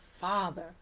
father